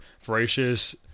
voracious